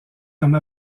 comme